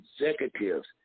executives